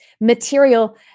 material